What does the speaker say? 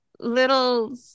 little